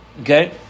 Okay